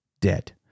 dead